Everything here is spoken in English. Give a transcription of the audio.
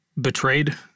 betrayed